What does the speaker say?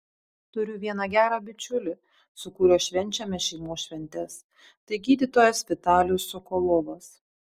turiu vieną gerą bičiulį su kuriuo švenčiame šeimos šventes tai gydytojas vitalijus sokolovas